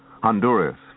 Honduras